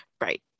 right